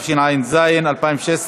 התשע"ז 2016,